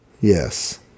Yes